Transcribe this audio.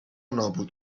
نابود